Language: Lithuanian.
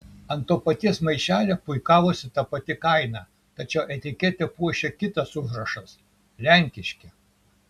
ant to paties maišelio puikavosi ta pati kaina tačiau etiketę puošė kitas užrašas lenkiški